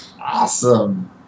Awesome